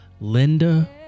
Linda